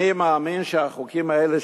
אני מאמין שהחוקים האלה,